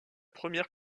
première